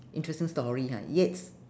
interesting story ha yet